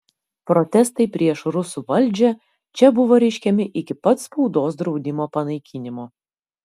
protestai prieš rusų valdžią čia buvo reiškiami iki pat spaudos draudimo panaikinimo